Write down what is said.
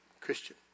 Christian